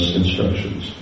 instructions